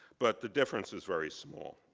but the difference is very small.